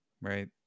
Right